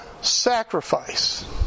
sacrifice